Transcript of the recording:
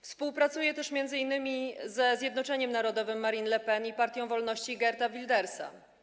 Współpracuje też m.in. ze Zjednoczeniem Narodowym Marine le Pen i Partią Wolności Geerta Wildersa.